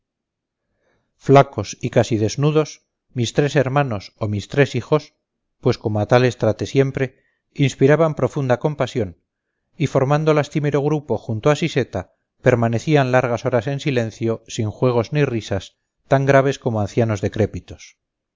flacos y casi desnudos mis tres hermanos o mis tres hijos pues como a tales traté siempre inspiraban profunda compasión y formando lastimero grupo junto a siseta permanecían largas horas en silencio sin juegos ni risas tan graves como ancianos decrépitos